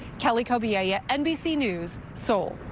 kelly co ba yeah yeah nbc news seoul.